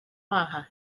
mbeatha